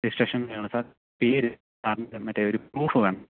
registration ചെയ്യാനാണോ sir പേര് സാറിൻ്റെ മറ്റെ ഒരു പ്രൂഫ് വേണം